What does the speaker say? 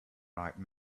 right